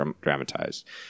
dramatized